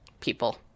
people